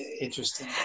interesting